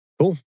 Cool